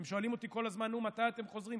הם שואלים אותי כל הזמן: נו, מתי אתם חוזרים?